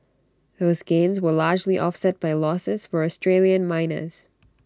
those gains were largely offset by losses for Australian miners